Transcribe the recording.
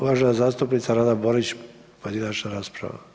Uvažena zastupnica Rada Borić pojedinačna rasprava.